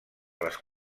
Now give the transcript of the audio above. les